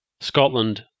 Scotland